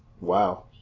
Wow